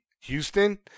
Houston